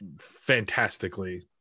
fantastically